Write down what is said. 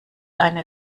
eine